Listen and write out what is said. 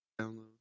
download